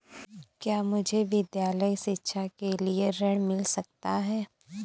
क्या मुझे विद्यालय शिक्षा के लिए ऋण मिल सकता है?